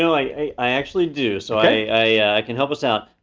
i i actually do, so i can help us out.